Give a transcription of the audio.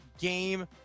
game